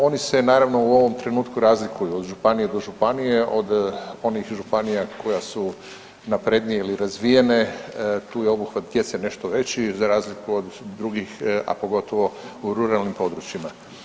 Oni se naravno u ovom trenutku razlikuju od županije do županije, od onih županija koja su naprednija ili razvijenije tu je obuhvat djece nešto veći za razliku od drugih, a pogotovo u ruralnim područjima.